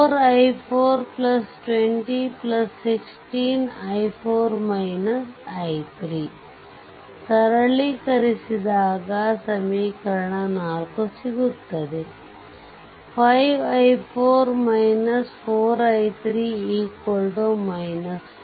4 i4 20 16 ಸರಳೀ ಕರಿಸಿದಾಗ ಸಮೀಕರಣ 4 ಸಿಗುತ್ತದೆ 5 i4 4 i3 5